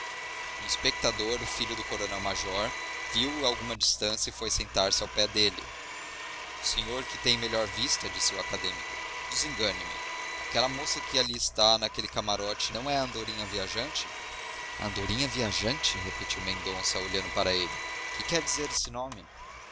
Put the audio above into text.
um espectador o filho do coronel major viu-o a alguma distância e foi sentar-se ao pé dele o senhor que tem melhor vista disse o acadêmico desengane me aquela moça que ali está naquele camarote não é a andorinha viajante a andorinha viajante repetiu mendonça olhando para ele que quer dizer esse nome